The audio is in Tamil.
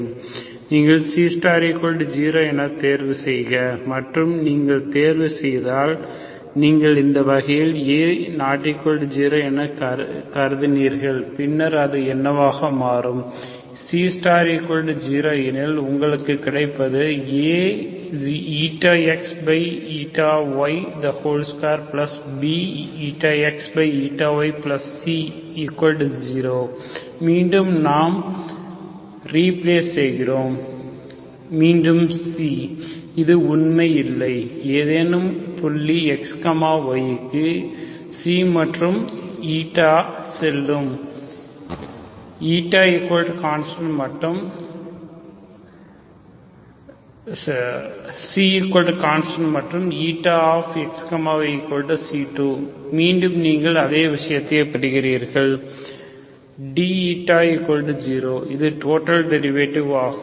நீங்கள் C0 ஐ தேர்வு செய்க மற்றும் நீங்கள் தேர்வு செய்தால் நீங்கள் இந்த வகையில் A≠0 என கருதுகிறேன் பின்னர் அது என்னவாக மாறும் C0எனில் உங்களுக்கு கிடைப்பது A ηx ηy2B ηx ηyC0 மீண்டும் நாம் ரீப்ளேஸ் செய்கிறோம் மீண்டும் C இந்த உண்மை இல்லை ஏதேனும் புள்ளி xy க்கு ξ மற்றும் η செல்லும் ξconstant மற்றும் ηxyc2 மீண்டும் நீங்கள் அதே விஷயத்தை பெறுகிறீர்கள் dη0 இது டோட்டல் டெரிவேட்டிவ் ஆகும்